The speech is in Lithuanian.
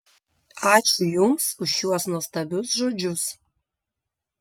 ačiū jums už šiuos nuostabius žodžius